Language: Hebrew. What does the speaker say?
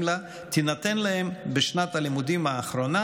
לה תינתן להם בשנת הלימודים האחרונה,